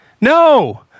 No